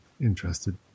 interested